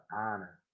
honor